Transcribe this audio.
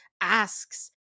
asks